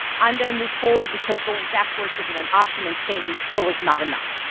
i'm going to move forward, because going backwards isn't an option and standing still is not enough.